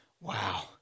wow